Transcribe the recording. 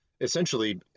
essentially